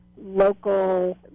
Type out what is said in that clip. local